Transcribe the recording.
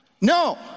No